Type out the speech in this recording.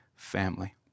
family